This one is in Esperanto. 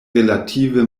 relative